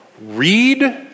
Read